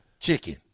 Chicken